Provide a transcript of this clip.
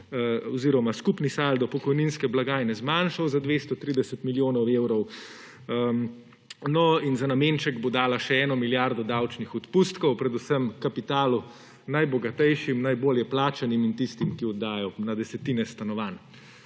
oziroma skupni saldo pokojninske blagajne zmanjšal za 230 milijonov evrov. No in za nameček bo dala še 1 milijardo davčnih odpustkov predvsem kapitalu, najbogatejšim, najbolje plačanim in tistim, ki oddajajo na desetine stanovanj.